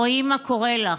רואים מה קורה לך.